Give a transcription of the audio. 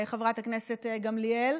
חברת הכנסת גמליאל,